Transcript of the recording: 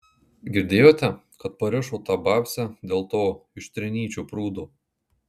girdėjote kad parišo tą babcę dėl to iš trinyčių prūdo